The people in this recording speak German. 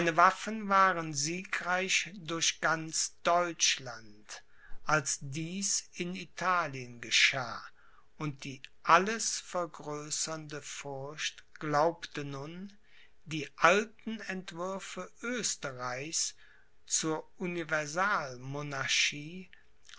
waffen waren siegreich durch ganz deutschland als dies in italien geschah und die alles vergrößernde furcht glaubte nun die alten entwürfe oesterreichs zur